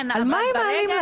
על מה הם מעלים להם?